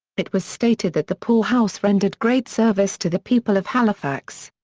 it was stated that the poor house rendered great service to the people of halifax.